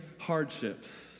hardships